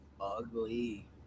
ugly